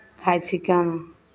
खाइ छिकै